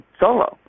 solo